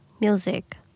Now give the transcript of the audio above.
music